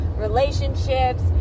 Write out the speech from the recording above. relationships